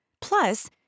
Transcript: Plus